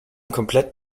komplett